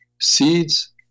seeds